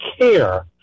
care